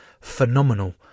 phenomenal